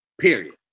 Period